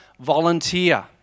volunteer